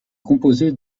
composés